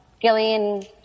Gillian